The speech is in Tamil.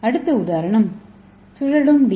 அடுத்த உதாரணம் சுழலும் டி